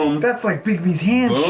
um that's like bigby's hand